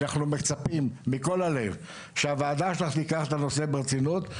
אנחנו מצפים מכל הלב שהוועדה שלך תיקח את הנושא הצורה הרצינית ביותר,